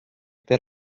per